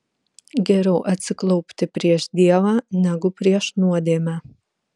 geriau atsiklaupti prieš dievą negu prieš nuodėmę